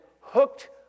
hooked